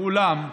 ואולם,